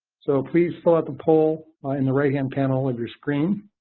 so please fill out the poll on and the right-hand panel of your screen.